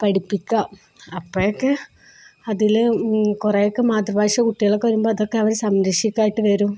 പഠിപ്പിക്കുക അപ്പോഴൊക്കെ അതില് കുറേയൊക്കെ മാതൃഭാഷ കുട്ടികളൊക്കെ വരുമ്പോള് അതൊക്കെ അവര് സംരക്ഷിക്കാനായിട്ട് വരും